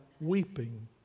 weeping